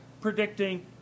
predicting